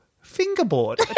fingerboard